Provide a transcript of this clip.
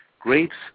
grapes